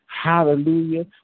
Hallelujah